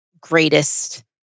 greatest